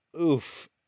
oof